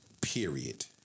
Period